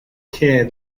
care